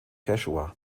quechua